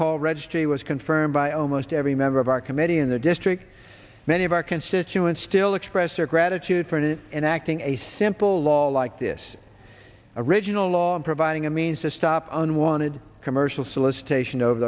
call registry was confirmed by almost every member of our committee in the district many of our constituents still express their gratitude for an enacting a simple law like this original law in providing a means to stop unwanted commercial solicitation